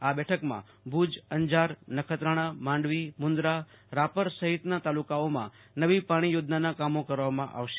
આ બેઠકમાં ભુજ અંજાર નાખાત્રના માંડવી મુન્દ્રા રાપર સહિતના તાલુકાઓમાં નવી પાણી યોજનાના કામો કરવામાં આવશે